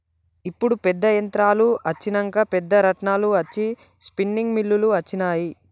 ఇప్పుడు పెద్ద యంత్రాలు అచ్చినంక పెద్ద రాట్నాలు అచ్చి స్పిన్నింగ్ మిల్లులు అచ్చినాయి